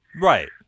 right